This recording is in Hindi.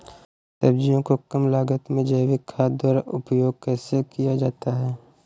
सब्जियों को कम लागत में जैविक खाद द्वारा उपयोग कैसे किया जाता है?